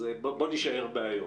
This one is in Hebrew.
אז בוא נישאר בהיום.